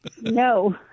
No